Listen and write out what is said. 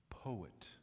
Poet